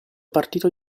partito